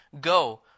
go